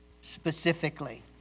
specifically